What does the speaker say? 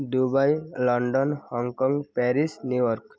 Dubai London Hong Kong Paris New York